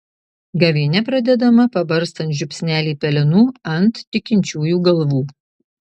gavėnia pradedama pabarstant žiupsnelį pelenų ant tikinčiųjų galvų